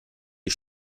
die